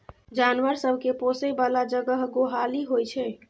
जानबर सब केँ पोसय बला जगह गोहाली होइ छै